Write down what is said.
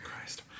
Christ